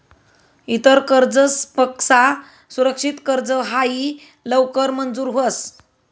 इतर कर्जसपक्सा सुरक्षित कर्ज हायी लवकर मंजूर व्हस